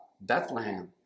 bethlehem